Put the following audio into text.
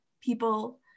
people